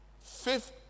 Fifth